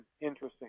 interesting